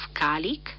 garlic